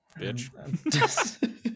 bitch